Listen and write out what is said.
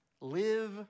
Live